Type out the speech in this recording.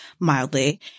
mildly